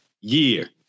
year